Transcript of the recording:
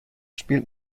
spielt